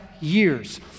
years